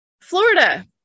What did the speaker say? Florida